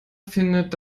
findet